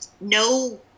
No